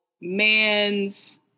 man's